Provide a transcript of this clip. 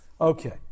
Okay